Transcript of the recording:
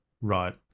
Right